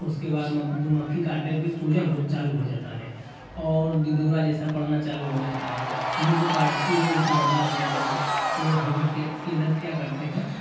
उसके बाद मधुमक्खी काटे पर सूजन हो चालू हो जाता है और दिदोरा जैसा पड़ना चालू हो जाता है जिनको काटती है उनसे बर्दाश्त नहीं होता तो हम लोग के के इधर क्या करते हैं